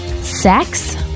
Sex